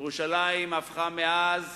ירושלים הפכה מאז